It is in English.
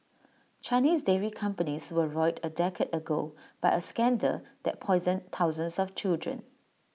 Chinese dairy companies were roiled A decade ago by A scandal that poisoned thousands of children